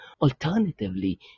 Alternatively